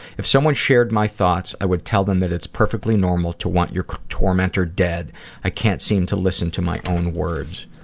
if someone shared my thoughts i would tell them that it's perfectly normal to want your tormenter dead but i can't seem to listen to my own words.